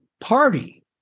party